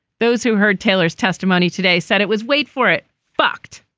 those who heard taylor's testimony today said it was wait for it fucked.